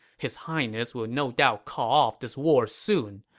his highness will no doubt call off this war soon,